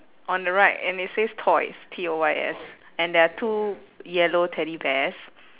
on the right and it says toys T O Y S and there are two yellow teddy bears